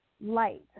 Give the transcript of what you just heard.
light